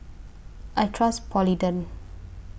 I Trust Polident